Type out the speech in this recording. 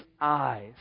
eyes